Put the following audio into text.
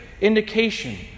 indication